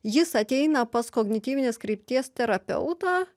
jis ateina pas kognityvinės krypties terapeutą